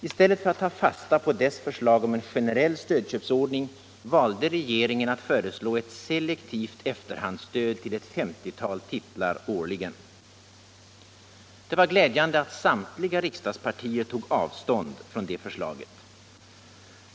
I stället för att ta fasta på dess förslag om en generell stödköpsordning valde regeringen att föreslå et selektivt efterhandsstöd till ett 50-tal titlar årligen. Det var glädjande att samtliga riksdagspartier tog avstånd från detta förslag.